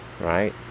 right